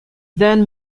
then